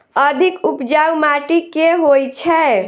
अधिक उपजाउ माटि केँ होइ छै?